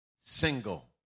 Single